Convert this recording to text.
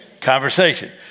Conversation